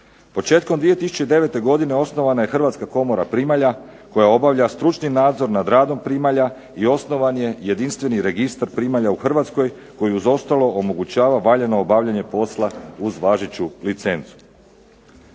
Početkom 2009. godine osnovana je Hrvatska komora primalja koja obavlja stručni nadzor nad radom primalja i osnovan je jedinstveni registar primalja u Hrvatskoj koji uz ostalo omogućava valjano obavljanje posla uz važeću licencu.